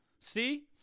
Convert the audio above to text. See